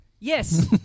Yes